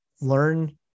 learn